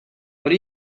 what